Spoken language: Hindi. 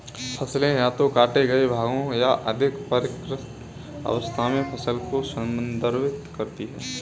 फसलें या तो काटे गए भागों या अधिक परिष्कृत अवस्था में फसल को संदर्भित कर सकती हैं